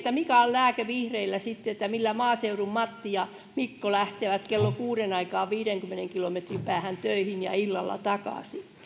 mikä on lääke vihreillä sitten millä maaseudun matti ja mikko lähtevät kello kuuden aikaan viidenkymmenen kilometrin päähän töihin ja illalla takaisin